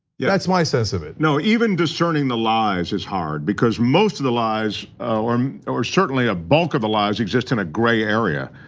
yeah. that's my sense of it. no, even discerning the lies is hard, because most of the lies or um or certainly a bulk of the lies, exist in a gray area,